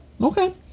Okay